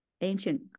ancient